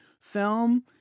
film